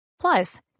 Plus